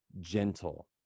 gentle